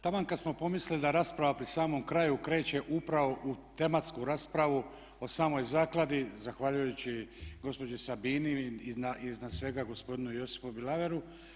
Taman kad smo pomislili da je rasprava pri samom kraju kreće upravo u tematsku raspravu o samoj zakladi zahvaljujući gospođi Sabini iznad svega gospodinu Josipu Bilaveru.